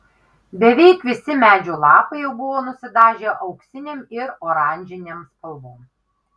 beveik visi medžių lapai jau buvo nusidažę auksinėm ir oranžinėm spalvom